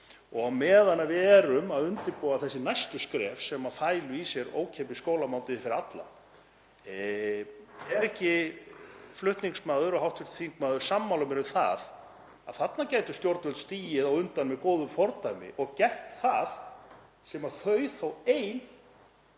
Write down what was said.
og á meðan við erum að undirbúa þessi næstu skref, sem fælu í sér ókeypis skólamáltíðir fyrir alla, er þá ekki flutningsmaður og hv. þingmaður sammála mér um að þarna gætu stjórnvöld stigið á undan með góðu fordæmi og gert það sem þau þó ein,